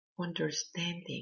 understanding